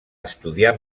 estudiar